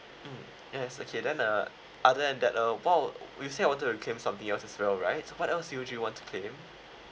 mm yes okay then uh other than that uh waw~ you said you wanted to claim something else as well right what else do you usually want to claim